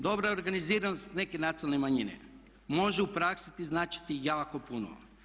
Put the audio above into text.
Dobra organiziranost neke nacionalne manjine može u praksi značiti jako puno.